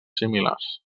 similars